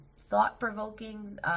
thought-provoking